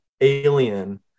alien